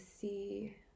see